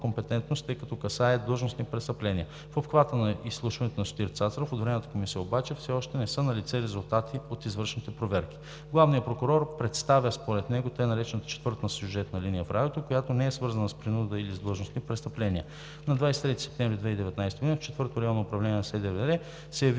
тъй като касае длъжностни престъпления. В обхвата на изслушването на Сотир Цацаров от Временната комисия обаче, все още не са налице резултати от извършените проверки. Главният прокурор представя според него така наречената четвърта сюжетна линия в Радиото, която не е свързана с принуда или с длъжностни престъпления. На 23 септември 2019 г. в Четвърто районно управление на